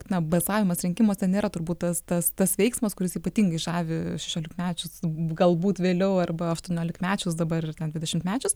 na balsavimas rinkimuose nėra turbūt tas tas tas veiksmas kuris ypatingai žavi šešiolikmečius galbūt vėliau arba aštuoniolikmečius dabar ten dvidešimmečius